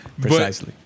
Precisely